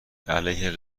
علیه